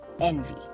Envy